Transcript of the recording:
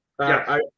Yes